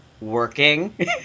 working